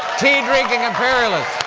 tea-drinking imperialists,